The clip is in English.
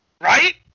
Right